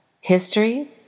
history